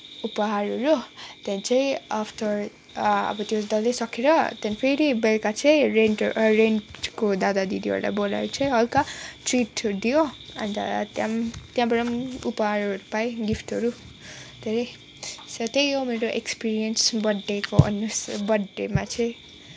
उपहारहरू त्यहाँदेखि चाहिँ आफ्टर अब त्यो डल्लै सकेर त्यहाँदेखि फेरि बेलुका चाहिँ रेन्ट रेन्टको दादादिदीहरूलाई बोलाएर चाहिँ हलका ट्रिटहरू दियो अन्त त्यहाँ पनि त्यहाँबाट पनि उपहारहरू पाएँ गिफ्टहरू धेरै र त्यही हो मेरो एक्सपेरियन्स बर्थडेको भन्नुहोस् बर्थडेमा चाहिँ